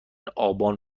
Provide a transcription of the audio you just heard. آبان